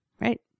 Right